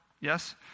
Yes